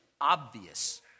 obvious